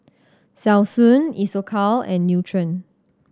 Selsun Isocal and Nutren